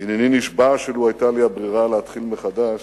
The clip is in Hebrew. "והנני נשבע שלו היתה לי הברירה להתחיל מחדש,